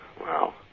Wow